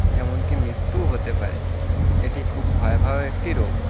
এমনকি মৃত্যুও হতে পারে এটি খুব ভয়াবহ একটি রোগ